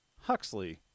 Huxley